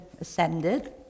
ascended